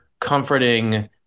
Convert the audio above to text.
comforting